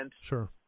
Sure